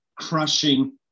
crushing